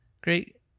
great